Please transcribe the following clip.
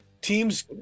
Teams